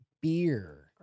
beer